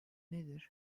nedir